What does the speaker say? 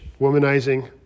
womanizing